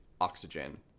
oxygen